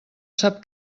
sap